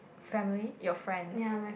family your friends